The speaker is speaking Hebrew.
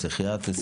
פסיכיאטריה,